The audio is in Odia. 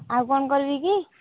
ଆଉ କ'ଣ କରିବି କି